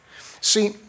See